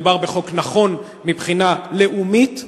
מדובר בחוק נכון מבחינה לאומית,